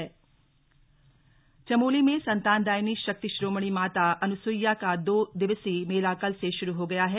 अनुसूया मेला चमोली में संतानदायिनी शक्ति शिरोमणि माता अनसूया का दो दिवसीय मेला कल से शुरू हो गया है